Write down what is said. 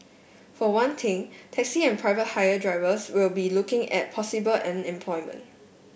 for one thing taxi and private hire drivers will be looking at possible unemployment